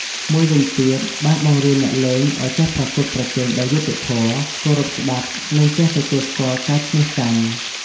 មួយវិញទៀត បានបង្រៀនអ្នកលេងឱ្យចេះប្រកួតប្រជែងដោយយុត្តិធម៌ គោរពក្បួនច្បាប់ និងចេះទទួលស្គាល់ការឈ្នះចាញ់។